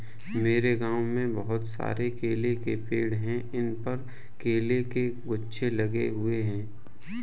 मेरे गांव में बहुत सारे केले के पेड़ हैं इन पर केले के गुच्छे लगे हुए हैं